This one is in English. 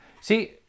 See